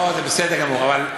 כמעט, כמעט.